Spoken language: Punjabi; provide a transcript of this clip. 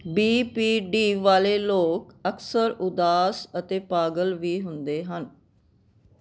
ਬੀ ਪੀ ਡੀ ਵਾਲੇ ਲੋਕ ਅਕਸਰ ਉਦਾਸ ਅਤੇ ਪਾਗਲ ਵੀ ਹੁੰਦੇ ਹਨ